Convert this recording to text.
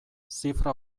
zifra